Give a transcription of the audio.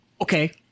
Okay